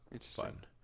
fun